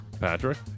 Patrick